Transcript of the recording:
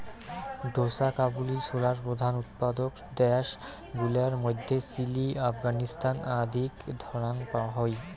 ঢোসা কাবুলি ছোলার প্রধান উৎপাদক দ্যাশ গুলার মইধ্যে চিলি, আফগানিস্তান আদিক ধরাং হই